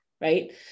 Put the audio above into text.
Right